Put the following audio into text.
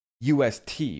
UST